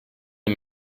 der